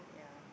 yeah